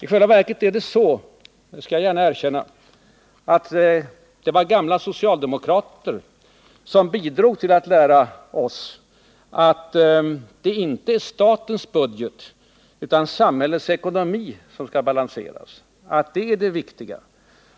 I själva verket är det så — jag skall gärna erkänna det — att det var gamla socialdemokrater som bidrog till att lära ut att det inte är statens budget utan samhällsekonomin som skall balanseras, att det är det viktiga.